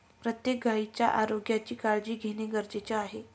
प्रत्येक गायीच्या आरोग्याची काळजी घेणे गरजेचे आहे